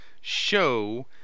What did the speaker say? show